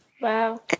Wow